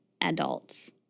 adults